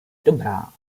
dobrá